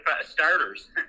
starters